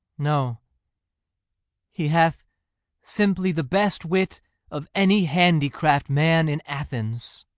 no he hath simply the best wit of any handicraft man in athens.